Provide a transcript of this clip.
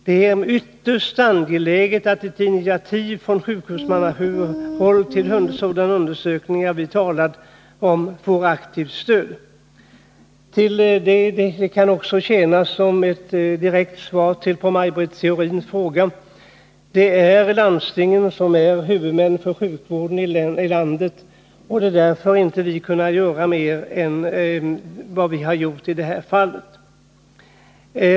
Det är ytterst angeläget att initiativ från sjukvårdshuvudmannahåll till sådana undersökningar som vi talat om får aktivt stöd. Detta kan också tjäna som ett direkt svar på Maj Britt Theorins fråga: Det är landstingen som är huvudmän för sjukvården i landet, och det är därför vi inte har kunnat göra mer än vad vi har gjort i det här fallet.